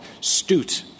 Stute